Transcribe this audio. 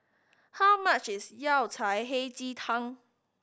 how much is Yao Cai Hei Ji Tang